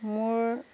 মোৰ